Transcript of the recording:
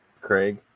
Craig